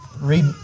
read